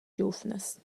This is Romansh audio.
giuvnas